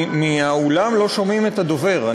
שבאולם לא שומעים את הדובר.